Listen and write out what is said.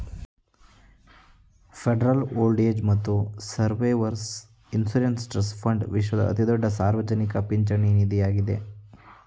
federal Old Age ಮತ್ತು Survivors Insurance Trust Fund ವಿಶ್ವದ ಅತಿದೊಡ್ಡ ಸಾರ್ವಜನಿಕ ಪಿಂಚಣಿ ನಿಧಿಯಾಗಿದ್ದೆ